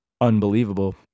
unbelievable